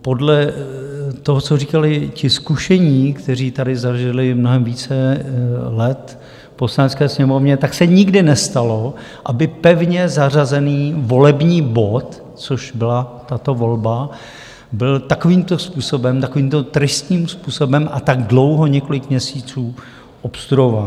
Podle toho, co říkali ti zkušení, kteří tady zažili mnohem více let v Poslanecké sněmovně, tak se nikdy nestalo, aby pevně zařazený volební bod, což byla tato volba, byl takovýmto způsobem, takovýmto tristním způsobem a tak dlouho, několik měsíců, obstruován.